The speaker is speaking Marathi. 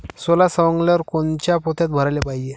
सोला सवंगल्यावर कोनच्या पोत्यात भराले पायजे?